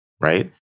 right